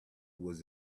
was